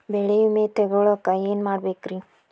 ಬೆಳೆ ವಿಮೆ ತಗೊಳಾಕ ಏನ್ ಮಾಡಬೇಕ್ರೇ?